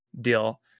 deal